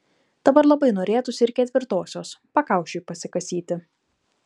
dabar labai norėtųsi ir ketvirtosios pakaušiui pasikasyti